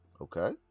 Okay